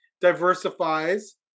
diversifies